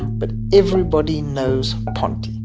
but everybody knows ponte.